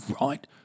right